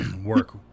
Work